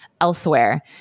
elsewhere